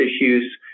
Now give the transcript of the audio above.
issues